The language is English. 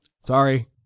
Sorry